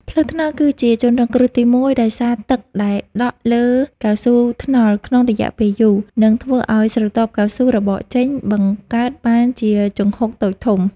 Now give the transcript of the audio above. ផ្លូវថ្នល់គឺជាជនរងគ្រោះទីមួយ ដោយសារទឹកដែលដក់លើកៅស៊ូថ្នល់ក្នុងរយៈពេលយូរ នឹងធ្វើឱ្យស្រទាប់កៅស៊ូរបកចេញ បង្កើតបានជាជង្ហុកតូចធំ។